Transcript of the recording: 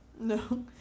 No